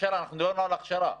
אנחנו מדברים על הכשרה.